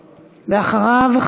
ואחריו,